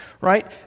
right